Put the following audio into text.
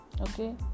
okay